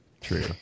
True